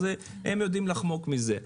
הם יודעים לחמוק מזה.